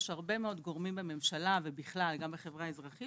יש הרבה מאוד גורמים בממשלה ובכלל גם בחברה האזרחית